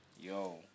Yo